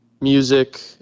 music